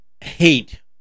hate